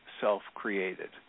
self-created